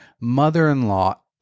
mother-in-law